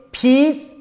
peace